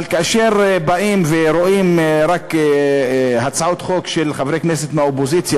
אבל כאשר באים ורואים רק הצעות חוק מהאופוזיציה,